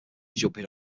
jumping